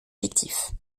fictifs